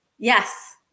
Yes